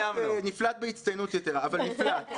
נפלט בהצטיינות יתרה אבל נפלט.